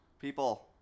People